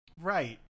Right